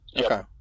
okay